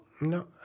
No